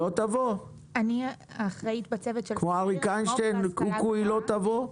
כמו אצל אריק איינשטיין - קו קו קו, היא לא תבוא?